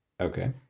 okay